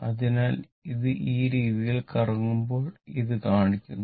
അതിനാൽ ഇത് ഈ രീതിയിൽ കറങ്ങുമ്പോൾ ഇത് കാണിക്കുന്നു